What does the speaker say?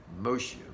Moshe